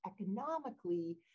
economically